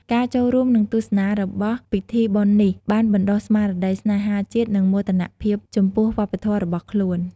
ការចូលរួម និងទស្សនារបស់ពិធីបុណ្យនេះ បានបណ្ដុះស្មារតីស្នេហាជាតិ និងមោទនភាពចំពោះវប្បធម៌របស់ខ្លួន។